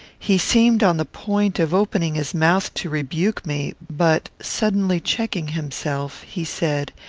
he seemed on the point of opening his mouth to rebuke me but, suddenly checking himself, he said,